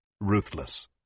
ruthless